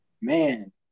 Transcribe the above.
Man